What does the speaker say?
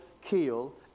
kill